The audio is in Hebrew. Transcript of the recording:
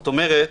זאת אומרת,